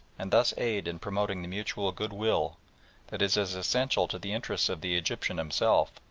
and thus aid in promoting the mutual goodwill that is as essential to the interests of the egyptian himself,